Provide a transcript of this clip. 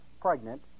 pregnant